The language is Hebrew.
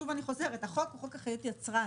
שוב אני חוזרת החוק הוא חוק אחריות יצרן.